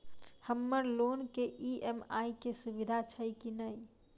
हम्मर लोन केँ ई.एम.आई केँ सुविधा छैय की नै?